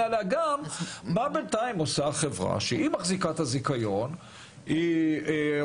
עליה: מה בינתיים עושה החברה שמחזיקה בזיכיון כיום.